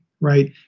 right